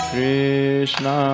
Krishna